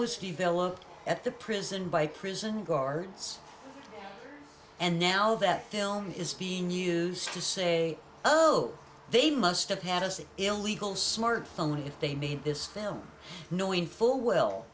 was developed at the prison by prison guards and now that film is being used to say oh they must have had a sick illegal smartphone if they made this film knowing full well